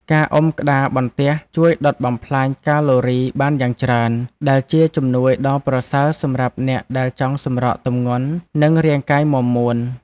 ការអុំក្តារបន្ទះជួយដុតបំផ្លាញកាឡូរីបានយ៉ាងច្រើន ដែលជាជំនួយដ៏ប្រសើរសម្រាប់អ្នកដែលចង់សម្រកទម្ងន់ និងរាងកាយមាំមួន។